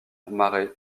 marais